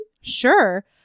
sure